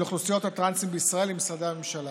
אוכלוסיית הטרנסים בישראל עם משרדי הממשלה.